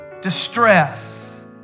distress